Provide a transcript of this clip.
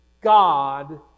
God